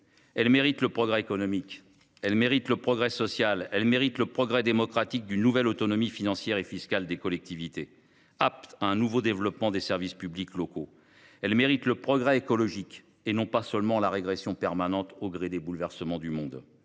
elle mérite le progrès économique ; elle mérite le progrès social ; elle mérite le progrès démocratique d’une nouvelle autonomie financière et fiscale des collectivités, propice à un nouveau développement des services publics locaux ; elle mérite le progrès écologique et non la régression permanente, au gré des bouleversements du monde.